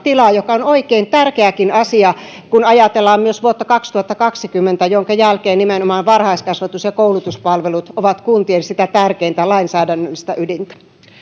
mikä on oikein tärkeäkin asia kun ajatellaan myös vuotta kaksituhattakaksikymmentä jonka jälkeen nimenomaan varhaiskasvatus ja koulutuspalvelut ovat kuntien tärkeintä lainsäädännöllistä ydintä